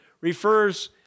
refers